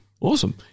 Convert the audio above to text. Awesome